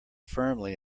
firmly